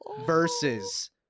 versus